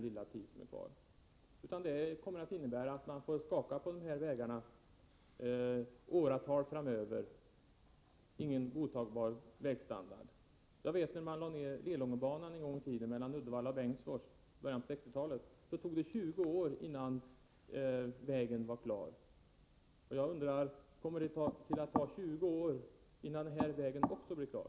Vi kommer att få skaka fram på dessa vägar i åratal utan någon godtagbar vägstandard. När man lade ned Lelångenbanan mellan Uddevalla och Bengtsfors i början av 1960-talet tog det sedan 20 år innan vägen var klar. Kommer det att ta 20 år också innan den här vägen blir klar?